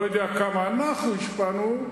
לא יודע כמה אנחנו השפענו,